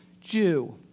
Jew